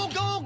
go